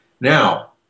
now